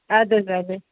اَدٕ حظ اَدٕ حظ